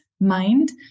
mind